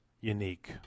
unique